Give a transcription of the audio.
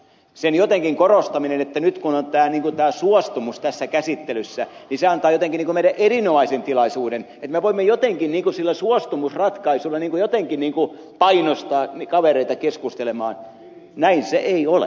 sen jotenkin korostaminen että nyt kun on niin kuin tämä suostumus tässä käsittelyssä niin se antaa jotenkin niin kuin meille erinomaisen tilaisuuden että me voimme jotenkin sillä suostumusratkaisulla niin kuin jotenkin painostaa kavereita keskustelemaan näin se ei ole